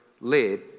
led